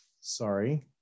sorry